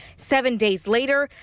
seven days later,